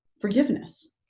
forgiveness